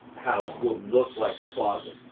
house will look like a closet,